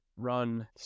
run